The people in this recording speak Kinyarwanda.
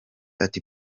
ati